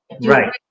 right